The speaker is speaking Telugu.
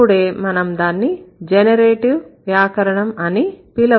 అప్పుడే మనం దాన్ని జనరేటివ్ వ్యాకరణం అని పిలవగలము